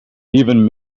even